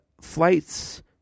flights